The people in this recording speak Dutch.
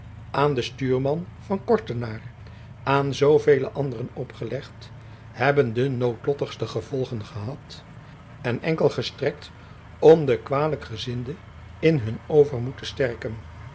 aan den stuurman van kortenaer aan zoovele anderen opgelegd hebben de noodlottigste gevolgen gehad en enkel gestrekt om de kwalijkgezinden in hun overmoed te sterken